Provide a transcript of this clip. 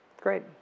Great